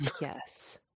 Yes